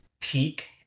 peak